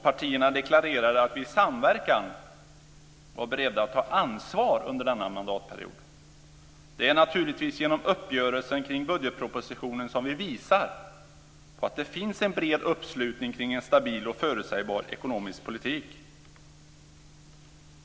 Partierna deklarerade att vi i samverkan var beredda att ta ansvar under denna mandatperiod. Det är naturligtvis genom uppgörelsen kring budgetpropositionen som vi visar att det finns en bred uppslutning kring en stabil och förutsägbar ekonomisk politik.